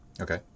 okay